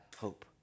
hope